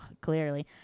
Clearly